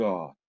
God